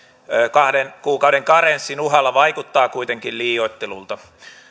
kahden kuukauden karenssin uhalla vaikuttaa kuitenkin liioittelulta